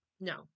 No